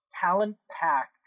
talent-packed